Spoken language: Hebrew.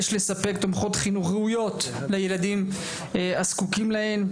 יש לספק תומכות חינוך ראויות לילדים הזקוקים להן.